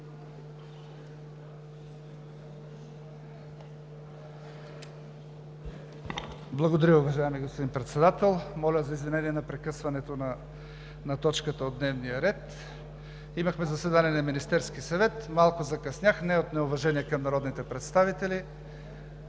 Благодаря, уважаеми господин Председател. Моля за извинение за прекъсването на точката от дневния ред. Имахме заседание на Министерския съвет, малко закъснях – не е от неуважение към народните представители.